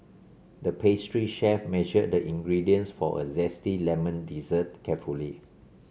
the pastry chef measured the ingredients for a zesty lemon dessert carefully